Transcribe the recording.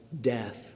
death